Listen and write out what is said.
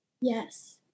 Yes